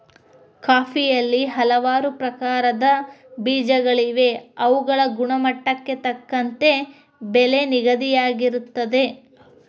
ಕಾಫಿಯಲ್ಲಿ ಹಲವಾರು ಪ್ರಕಾರದ ಬೇಜಗಳಿವೆ ಅವುಗಳ ಗುಣಮಟ್ಟಕ್ಕೆ ತಕ್ಕಂತೆ ಬೆಲೆ ನಿಗದಿಯಾಗಿರುತ್ತದೆ